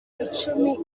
icumi